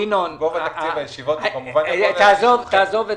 ינון, תעזוב את